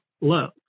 low